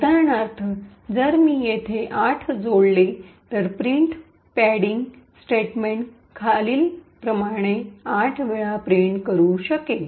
उदाहरणार्थ जर मी येथे 8 जोडले तर प्रिंट पॅडिंग स्टेटमेंट खाली खालीलप्रमाणे 8 वेळा प्रिंट करू शकेल